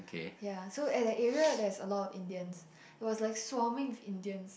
ya so at that area it has a lot of Indians it was like swarming with Indians